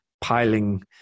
piling